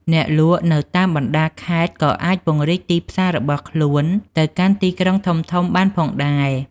អ្នកលក់នៅតាមបណ្តាខេត្តក៏អាចពង្រីកទីផ្សាររបស់ខ្លួនទៅកាន់ទីក្រុងធំៗបានផងដែរ។